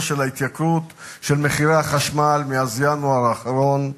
של ההתייקרות של מחירי החשמל מאז ינואר האחרון,